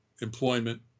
employment